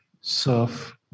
serve